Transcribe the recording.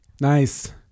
Nice